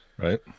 Right